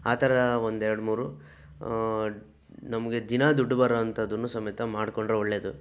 ಆ ಥರ ಒಂದು ಎರಡು ಮೂರು ನಮಗೆ ದಿನಾ ದುಡ್ಡು ಬರೊವಂಥದ್ದೂ ಸಮೇತ ಮಾಡ್ಕೊಂಡ್ರೆ ಒಳ್ಳೆಯದು